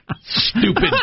Stupid